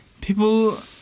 people